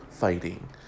fighting